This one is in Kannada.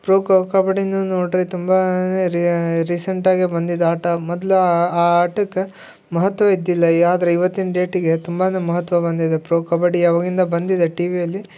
ಪ್ರೊ ಕಬಡ್ಡಿನೂ ನೋಡಿರಿ ತುಂಬಾ ರೀಸೆಂಟಾಗಿ ಬಂದಿದ್ದು ಆಟ ಮೊದ್ಲು ಆಟಕ್ಕ ಮಹತ್ವ ಇದ್ದಿಲ್ಲ ಈ ಆದರೆ ಇವತ್ತಿನ ಡೇಟಿಗೆ ತುಂಬಾನೇ ಮಹತ್ವ ಬಂದಿದೆ ಪ್ರೊ ಕಬಡ್ಡಿಯಾವಾಗಿಂದ ಬಂದಿದೆ ಟಿವಿಯಲ್ಲಿ